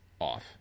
off